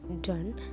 done